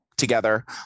together